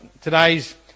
today's